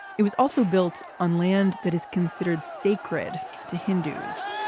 it was also built on land that is considered sacred to hindus